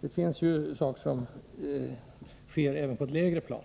det sker märkliga saker också på ett lägre plan.